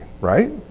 right